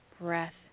breath